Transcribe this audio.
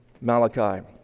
Malachi